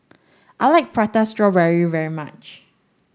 I like prata strawberry very much